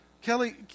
Kelly